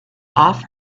off